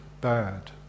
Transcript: bad